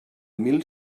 mil